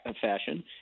fashion